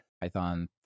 Python